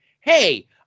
hey